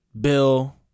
Bill